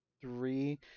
three